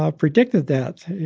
um predicted that.